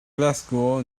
glasgow